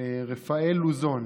רפאל לוזון